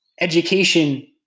education